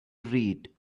read